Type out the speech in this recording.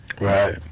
Right